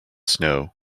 snow